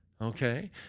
Okay